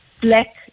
black